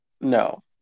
No